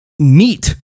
meat